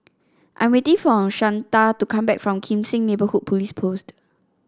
I'm waiting for Shanta to come back from Kim Seng Neighbourhood Police Post